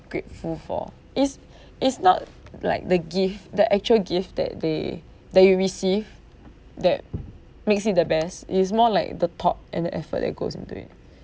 grateful for it's it's not like the gift the actual gift that they that you receive that makes it the best it is more like the thought and the effort that goes into it